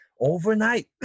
overnight